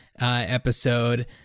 episode